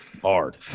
Hard